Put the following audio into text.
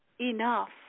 enough